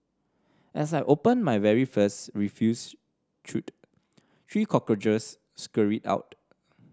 as I opened my very first refuse chute three cockroaches scurried out